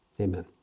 Amen